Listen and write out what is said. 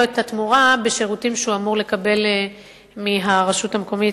את התמורה בשירותים שהוא אמור לקבל מהרשות המקומית,